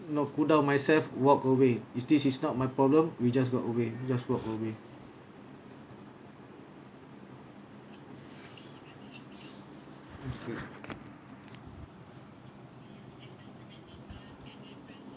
know cool down myself walk away is this is not my problem we just go away just walk away